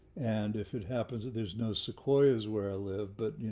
and if it happens, there's no sequoias where i live, but you